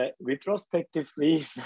Retrospectively